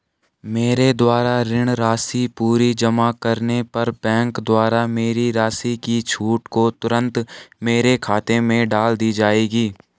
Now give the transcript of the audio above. मेरे द्वारा ऋण राशि पूरी जमा करने पर बैंक द्वारा मेरी राशि की छूट को तुरन्त मेरे खाते में डाल दी जायेगी?